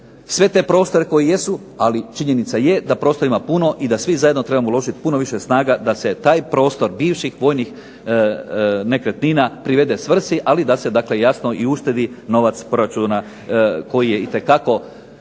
sve te prostore koji jesu, ali činjenica je da prostora ima puno i da svi zajedno trebamo uložiti puno više snaga da se taj prostor bivših vojnih nekretnina privede svrsi, ali da se dakle jasno i uštedi novac proračuna koji je itekako važan